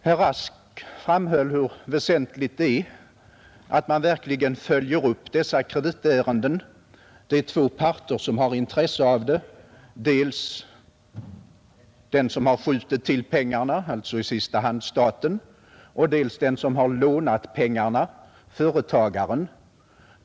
Herr Rask framhöll hur väsentligt det är att man verkligen följer upp dessa kreditärenden. Det är två parter som har intresse av detta — dels den som skjutit till pengarna, alltså i sista hand staten, och dels den som har lånat pengarna, företagaren.